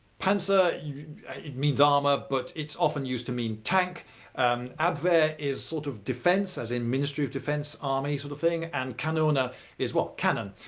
panzer, it means um ah armour, but it's often used to mean tank. and abwehr is sort of defence as in ministry of defence, army sort of thing. and kanone ah is well, cannon.